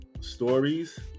stories